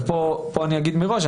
פה אני אגיד מראש,